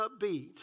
upbeat